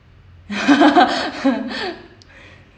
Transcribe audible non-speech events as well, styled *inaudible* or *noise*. *laughs*